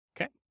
okay